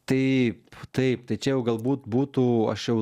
tai taip tai čia jau galbūt būtų aš jau